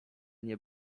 nie